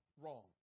wrong